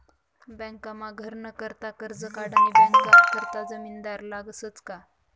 बँकमा घरनं करता करजं काढानी करता जामिनदार लागसच का